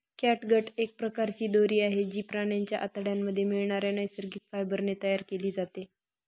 catgut एक प्रकारची दोरी आहे, जी प्राण्यांच्या आतड्यांमध्ये मिळणाऱ्या नैसर्गिक फायबर ने तयार केली जाते